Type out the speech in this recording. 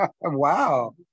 Wow